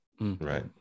right